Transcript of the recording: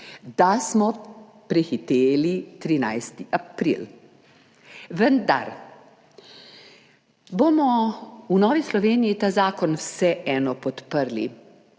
da smo prehiteli 13. april, vendar bomo v Novi Sloveniji ta zakon vseeno podprli.